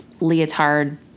leotard